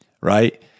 right